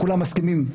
כולם מסכימים,